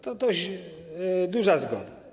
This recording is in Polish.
To dość duża zgoda.